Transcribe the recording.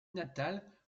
natale